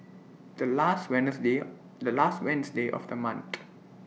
The last Wednesday The last Wednesday of The month